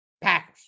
Packers